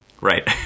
Right